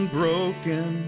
broken